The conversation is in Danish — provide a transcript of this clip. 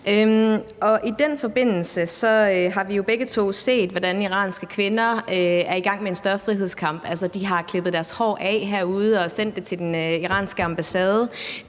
I den forbindelse har vi jo begge to set, hvordan iranske kvinder er i gang med en større frihedskamp. Altså, de har klippet deres hår af herude og sendt det til den iranske ambassade.